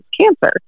cancer